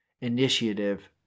initiative